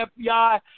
FBI